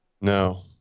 No